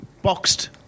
boxed